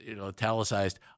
italicized